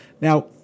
Now